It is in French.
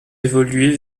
évoluer